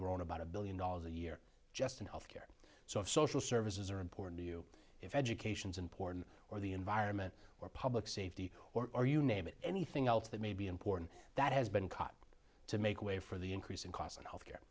grown about a billion dollars a year just in health care so if social services are important to you if education's important or the environment or public safety or you name it anything else that may be important that has been caught to make way for the increase in cost and health care